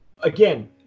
Again